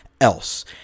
else